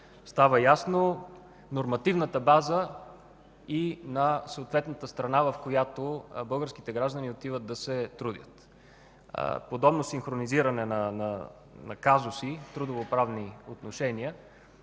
става ясно в нормативната база на съответната страна, в която българските граждани отиват да се трудят. Подобно синхронизиране на казуси в трудови правни отношения